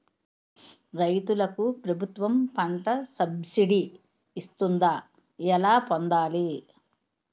రైతులకు ప్రభుత్వం పంట సబ్సిడీ ఇస్తుందా? ఎలా పొందాలి?